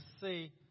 see